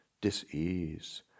dis-ease